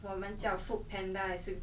也是 okay lah 如果